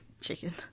Chicken